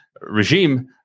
regime